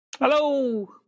Hello